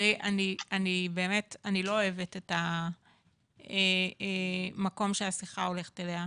אני באמת לא אוהבת את המקום שהשיחה הולכת אליה,